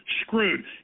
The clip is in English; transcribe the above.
screwed